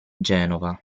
genova